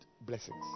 blessings